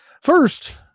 First